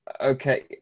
Okay